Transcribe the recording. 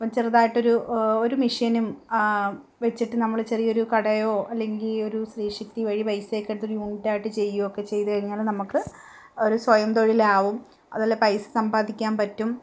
ഇപ്പം ചെറുതായിട്ടൊരു ഒരു മെഷീനും വെച്ചിട്ട് നമ്മൾ ചെറിയൊരു കടയോ അല്ലെങ്കിൽ ഒരു സ്ത്രീ ശക്തി വഴി പൈസയൊക്കെ എടുത്തൊരു യൂണിറ്റായിട്ട് ചെയ്യുകയൊക്കെ ചെയ്തു കഴിഞ്ഞാൽ നമുക്ക് ഒരു സ്വയം തൊഴിലാകും അതുമല്ല പൈസ സമ്പാദിക്കാൻ പറ്റും